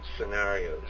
scenarios